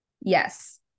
Yes